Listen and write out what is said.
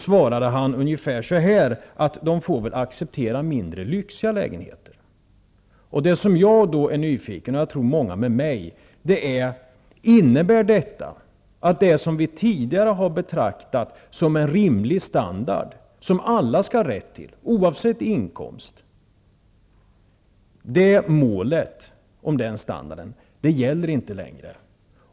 svarade han ungefär så här: De får väl acceptera mindre lyxiga lägneheter. Det som jag, och som jag tror många med mig, är nyfiken på är: Innebär det att det som vi tidigare har betraktat som en rimlig standard, som alla skall ha rätt till oavsett inkomst, inte längre längre gäller som målsättning?